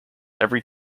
every